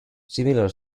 similar